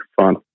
Fun